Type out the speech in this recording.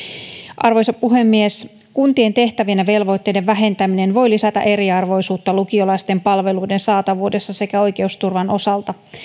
arvoisa puhemies kuntien tehtävien ja velvoitteiden vähentäminen voi lisätä eriarvoisuutta lukiolaisten palveluiden saatavuudessa sekä oikeusturvan osalta